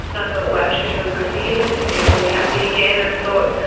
and i thought wow she's really good for him and he seemed really happy again and thought,